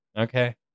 Okay